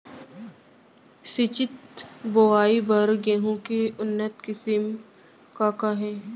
सिंचित बोआई बर गेहूँ के उन्नत किसिम का का हे??